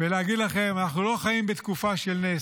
להגיד לכם: אנחנו לא חיים בתקופה של נס,